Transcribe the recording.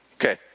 Okay